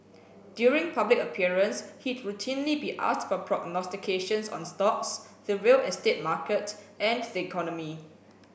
during public appearance he'd routinely be asked for prognostications on stocks the real estate market and the economy